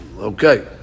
Okay